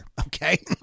Okay